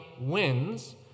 wins